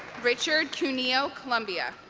richard cuneo columbia